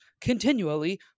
continually